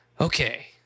okay